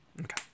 Okay